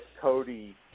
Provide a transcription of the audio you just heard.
Cody